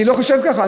אני לא חושב ככה.